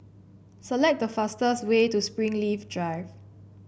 select the fastest way to Springleaf Drive